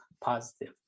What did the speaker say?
positive